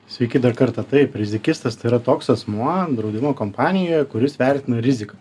sveiki dar kartą taip rizikistas tai yra toks asmuo draudimo kompanijoje kuris vertina riziką